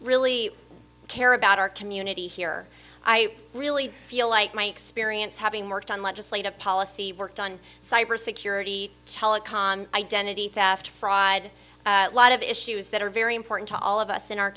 really care about our community here i really feel like my experience having worked on legislative policy worked on cybersecurity telecom identity theft fraud lot of issues that are very important to all of us in our